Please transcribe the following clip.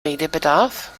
redebedarf